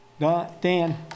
Dan